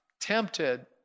tempted